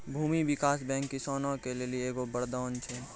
भूमी विकास बैंक किसानो के लेली एगो वरदान छै